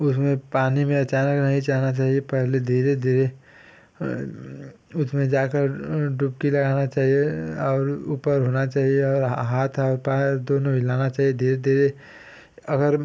उसमें पानी में अचानक नहीं जाना चाहिए पहले धीरे धीरे उसमें जाकर डुबकी लगानी चाहिए और ऊपर होना चाहिए और हाथ और पैर दोनों हिलाना चाहिए धीरे धीरे अगर